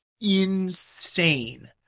insane